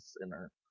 sinner